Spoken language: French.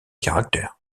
caractère